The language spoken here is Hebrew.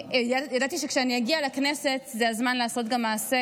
וידעתי שכשאני אגיע לכנסת זה גם הזמן לעשות מעשה